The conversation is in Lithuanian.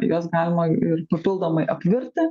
juos galima ir papildomai apvirti